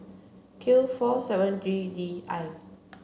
Q four seven G D I